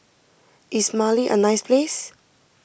is Mali a nice place